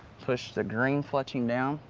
push the green fletching down.